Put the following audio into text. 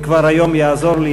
וכבר היום יעזור לי,